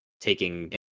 taking